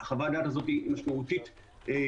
חוות הדעת הזאת היא משמעותית יותר.